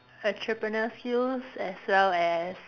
entrepreneur skills as well as